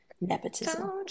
Nepotism